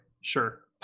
sure